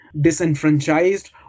disenfranchised